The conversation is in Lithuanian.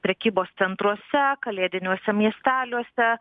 prekybos centruose kalėdiniuose miesteliuose